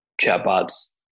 chatbots